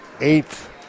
eighth